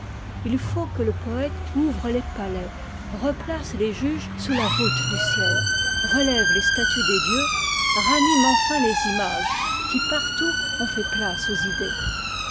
h faut que le poëte ouvre les palais replace les juges sous la voûte du ciel retève les statues des dieux ranime enfin tes images qui partout ont fait place aux idées